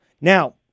Now